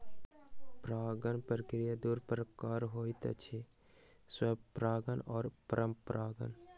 परागण प्रक्रिया दू प्रकारक होइत अछि, स्वपरागण आ परपरागण